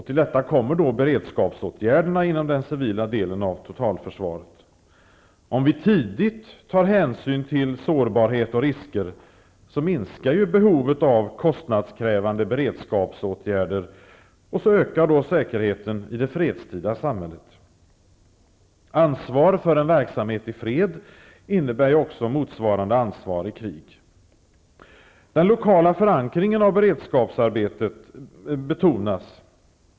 Till detta kommer beredskapsåtgärderna inom den civila delen av totalförsvaret. Om vi tidigt tar hänsyn till sårbarhet och risker minskar behovet av kostnadskrävande beredskapsåtgärder. Dessutom ökar säkerheten i det fredstida samhället. Ansvar för en verksamhet i fred innebär motsvarande ansvar i krig. Den lokala förankringen av beredskapsarbetet betonas.